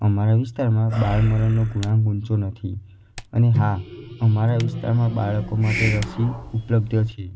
અમારા વિસ્તારમાં બાળ મરણનો ગુણાંક ઊંચો નથી અને હા અમારા વિસ્તારમાં બાળકો માટે રસી ઉપલબ્ધ છે